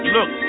Look